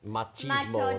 Machismo